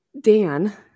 Dan